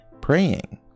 praying